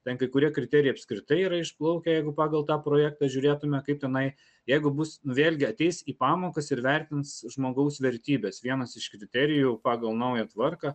ten kai kurie kriterijai apskritai yra išplaukę jeigu pagal tą projektą žiūrėtume kaip tenai jeigu bus nu vėlgi ateis į pamokas ir vertins žmogaus vertybes vienas iš kriterijų pagal naują tvarką